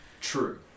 True